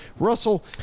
Russell